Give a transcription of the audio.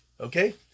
Okay